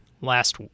last